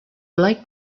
like